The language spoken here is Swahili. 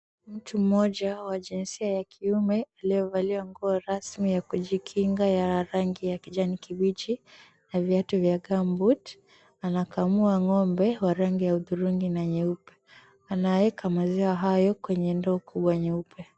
Mtu mmoja wa jinsia ya kiume aliyevalia nguo rasmi ya kujikinga ya rangi ya kijani kibichi, na viatu vya gumboot . Anakamua ngombe wa rangi ya hudhurungi na nyeupe. Anaeka maziwa hayo kwenye ndoo kubwa nyeupe.